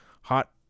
hot